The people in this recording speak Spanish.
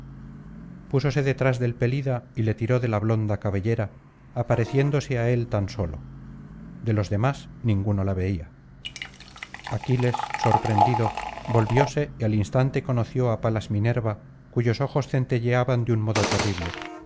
púsose detrás del pelida y le tiró de la blonda cabellera apareciéndose á él tan sólo de los demás ninguno la veía aquiles sorprendido volvióse y al instante conoció á palas minerva cuyos ojos centelleaban de un modo terrible